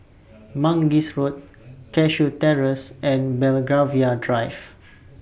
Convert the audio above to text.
Mangis Road Cashew Terrace and Belgravia Drive